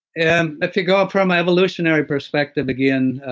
and if you go up from my evolutionary perspective again,